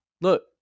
look